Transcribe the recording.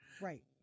right